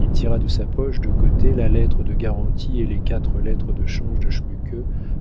il tira de sa poche de côté la lettre de garantie et les quatre lettres de change de schmuke